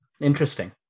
interesting